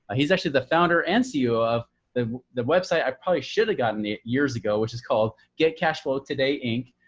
ah he's actually the founder and ceo of the the website. i probably should have gotten it years ago, which is called get cashflow today, inc.